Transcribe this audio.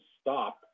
stop